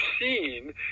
seen